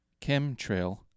chemtrail